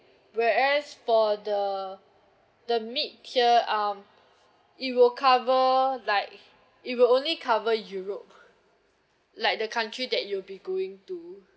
whereas for the the mid tier um it will cover like it will only cover europe like the country that you be going to